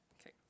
Okay